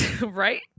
right